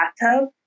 bathtub